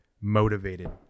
motivated